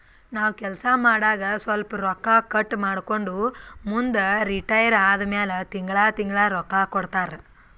ನಾವ್ ಕೆಲ್ಸಾ ಮಾಡಾಗ ಸ್ವಲ್ಪ ರೊಕ್ಕಾ ಕಟ್ ಮಾಡ್ಕೊಂಡು ಮುಂದ ರಿಟೈರ್ ಆದಮ್ಯಾಲ ತಿಂಗಳಾ ತಿಂಗಳಾ ರೊಕ್ಕಾ ಕೊಡ್ತಾರ